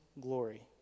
glory